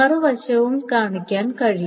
മറുവശവും കാണിക്കാൻ കഴിയും